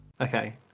Okay